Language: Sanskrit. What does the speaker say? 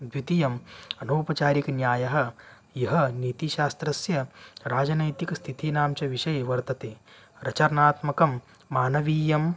द्वितीयम् अनौपचारिकन्यायः यः नीतिशास्त्रस्य राजनैतिकस्थितीनां च विषये वर्तते रचर्नात्मकं मानवीयम्